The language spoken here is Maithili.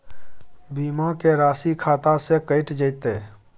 बीमा के राशि खाता से कैट जेतै?